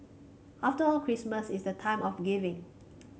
after all Christmas is the time of giving